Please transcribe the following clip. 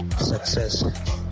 success